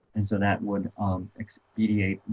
and so that would on expediate